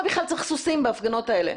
אגב, למה בכלל צריך סוסים בהפגנות האלה?